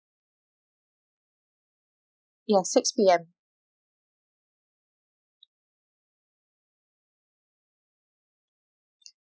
yes six P_M